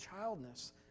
childness